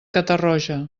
catarroja